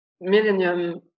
Millennium